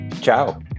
ciao